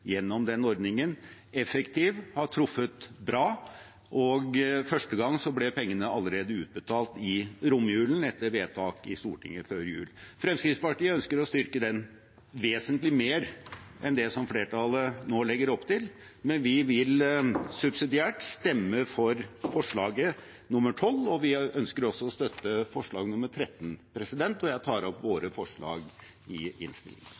gjennom den ordningen. Den er effektiv, har truffet bra, og første gang ble pengene utbetalt allerede i romjulen, etter vedtak i Stortinget før jul. Fremskrittspartiet ønsker å styrke den vesentlig mer enn det som flertallet nå legger opp til, men vi vil subsidiært stemme for forslag nr. 12, og vi ønsker også å støtte forslag nr. 13. Jeg tar opp våre forslag i